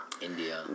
India